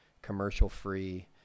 commercial-free